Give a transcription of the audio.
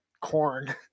Corn